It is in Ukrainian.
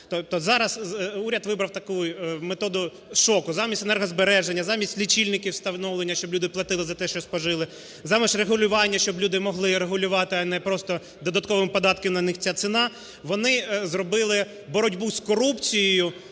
зараз уряд вибрав такий метод шоку. Замість енергозбереження, замість лічильників встановлення, щоб люди платити за те, що спожили, замість регулювання, щоб люди могли регулювати, а не просто додатковим податком на них ця ціна, вони зробили боротьбу з корупцією